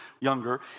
younger